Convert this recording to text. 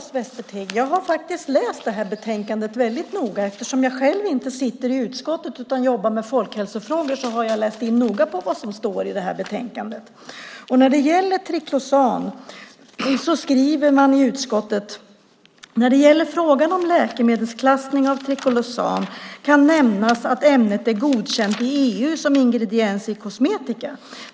Fru talman! Jag har läst betänkandet mycket noggrant. Eftersom jag inte sitter i miljö och jordbruksutskottet utan jobbar med folkhälsofrågor har jag noga läst igenom vad som står i detta betänkande. Beträffande triklosan skriver utskottet att "när det gäller frågan om läkemedelsklassning av triklosan kan nämnas att ämnet är godkänt i EU som ingrediens i kosmetika.